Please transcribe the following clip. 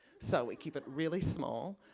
so we keep it really small.